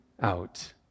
out